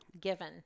given